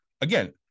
Again